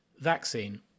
Vaccine